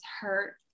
hurt